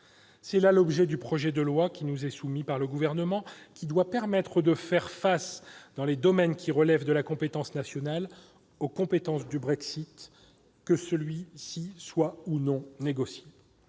est l'objet du projet de loi qui nous est soumis par le Gouvernement, qui doit permettre de faire face, dans les domaines qui relèvent de la compétence nationale, aux conséquences du Brexit, que celui-ci soit négocié